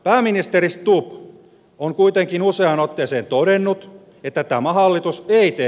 pääministeriksi tulo on kuitenkin useaan otteeseen todennut että tämä hallitus ei tee